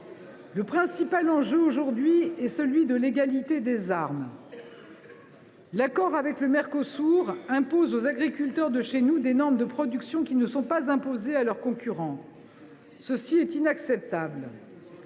Le principal enjeu aujourd’hui est celui de l’égalité des armes. L’accord avec le Mercosur impose aux agriculteurs de chez nous des normes de production qui ne sont pas imposées à leurs concurrents. C’est inacceptable.